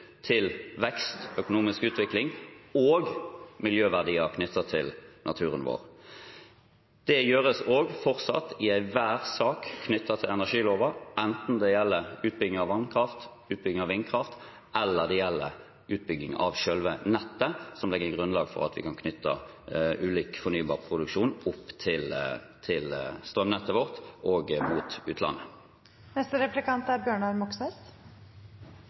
til både vekst og økonomisk utvikling og miljøverdier knyttet til naturen vår. Det gjøres også fortsatt i enhver sak knyttet til energiloven, enten det gjelder utbygging av vannkraft, utbygging av vindkraft eller det gjelder utbygging av selve nettet, som legger grunnlag for at vi kan knytte ulik fornybar produksjon opp til strømnettet vårt og mot utlandet. NorthConnect vil veldig gjerne ha inn staten på eiersiden, det er